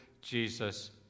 Jesus